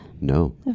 No